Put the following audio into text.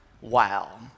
wow